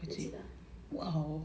that's it ah